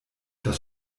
das